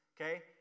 okay